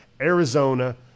Arizona